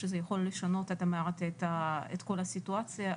שזה יכול לשנות את כל הסיטואציה,